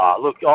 look